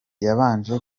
yabanje